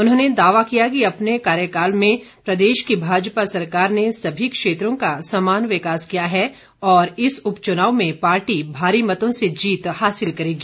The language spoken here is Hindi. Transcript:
उन्होंने दावा किया कि अपने कार्यकाल में प्रदेश की भाजपा सरकार ने सभी क्षेत्रों का समान विकास किया है और इस उपचुनाव में पार्टी भारी मतों से जीत हासिल करेगी